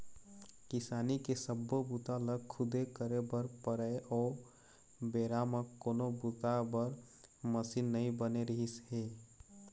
किसानी के सब्बो बूता ल खुदे करे बर परय ओ बेरा म कोनो बूता बर मसीन नइ बने रिहिस हे